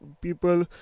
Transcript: people